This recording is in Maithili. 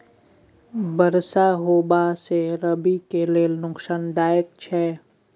बरसा होबा से रबी के लेल नुकसानदायक छैय?